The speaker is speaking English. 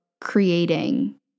creating